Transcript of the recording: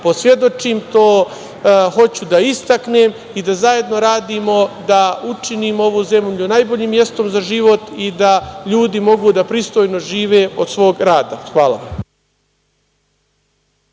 posvedočim. To hoću da istaknem i da zajedno radimo da učinimo ovu zemlju najboljim mestom za život i da ljudi mogu da pristojno žive od svog rada. Hvala.